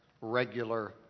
regular